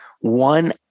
one